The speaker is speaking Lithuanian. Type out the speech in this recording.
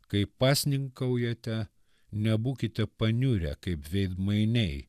kai pasninkaujate nebūkite paniurę kaip veidmainiai